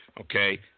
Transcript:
Okay